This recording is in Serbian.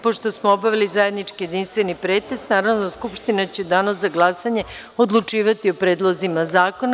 Pošto smo obavili zajednički jedinstveni pretres, Narodna skupština će u Danu za glasanje odlučivati o predlozima zakona.